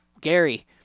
Gary